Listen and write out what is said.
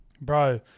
Bro